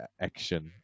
action